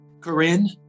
Corinne